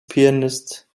pianist